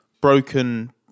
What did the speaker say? broken